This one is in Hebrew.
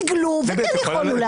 עיגלו וכן יכולנו להגיע.